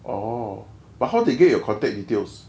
orh but how they get your contact details